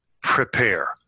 prepare